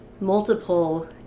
multiple